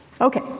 Okay